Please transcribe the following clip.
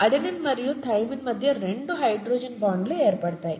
adenine మరియు thymine మధ్య రెండు హైడ్రోజన్ బాండ్లు ఏర్పడతాయి